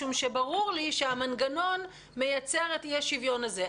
משום שברור לי שהמנגנון מייצר את האי-שוויון הזה.